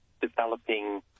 developing